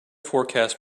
forecast